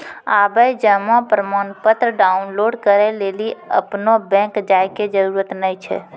आबे जमा प्रमाणपत्र डाउनलोड करै लेली अपनो बैंक जाय के जरुरत नाय छै